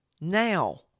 now